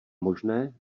možné